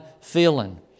feeling